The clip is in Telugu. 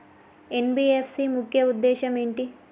ఎన్.బి.ఎఫ్.సి ముఖ్య ఉద్దేశం ఏంటి?